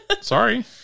Sorry